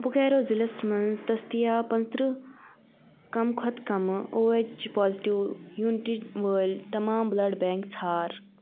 بوکارو ضلعس مَنٛز دٔستیاب پانژھ ترٕہ کم کھۄتہٕ کم او ایچ پازِٹیٚو یونٹہٕ وٲلۍ تمام بلڈ بینٛک ژھار